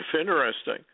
interesting